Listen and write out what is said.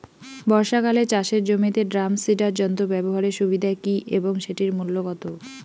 বর্ষাকালে চাষের জমিতে ড্রাম সিডার যন্ত্র ব্যবহারের সুবিধা কী এবং সেটির মূল্য কত?